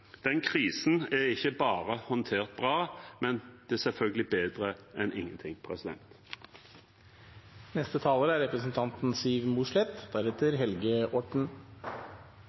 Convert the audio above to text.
den krisen er ikke bare håndtert bra, men det er selvfølgelig bedre enn ingenting. I dag er